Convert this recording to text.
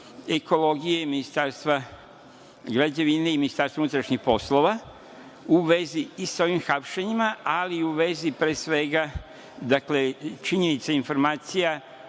ekologije, Ministarstva građevine i Ministarstva unutrašnjih poslova u vezi i sa ovim hapšenjima, ali i u vezi, pre svega, dakle činjenica i informacija